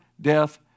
death